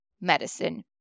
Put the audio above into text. medicine